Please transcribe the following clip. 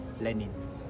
Lenin